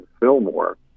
Fillmore